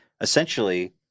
essentially